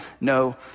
no